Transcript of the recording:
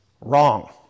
Wrong